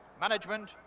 management